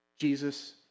Jesus